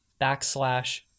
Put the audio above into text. backslash